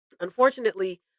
Unfortunately